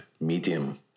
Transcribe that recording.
medium